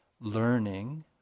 learning